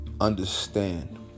understand